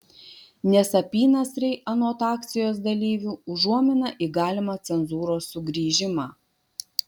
nes apynasriai anot akcijos dalyvių užuomina į galimą cenzūros sugrįžimą